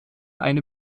eine